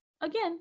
again